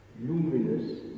luminous